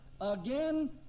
Again